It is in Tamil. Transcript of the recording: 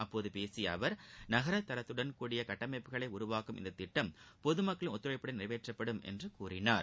அப்போது பேசிய அவர் நகர தரத்தடன் கூடிய கட்டமைப்புகளை உருவாக்கும் இந்த திட்டம் பொது மக்களின் ஒத்துழைப்புடன் நிறைவேற்றப்படும் என்று கூறினார்